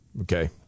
okay